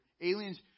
aliens